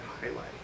Highlight